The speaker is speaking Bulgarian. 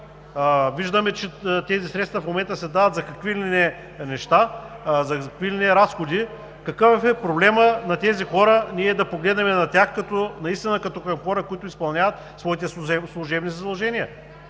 Виждаме, че тези средства в момента се дават за какви ли не неща, за какви ли не разходи. Какъв е проблемът ние да погледнем на тези хора наистина като към хора, които изпълняват своите служебни задължения?